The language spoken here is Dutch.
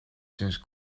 sinds